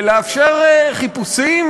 ולאפשר חיפושים